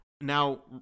now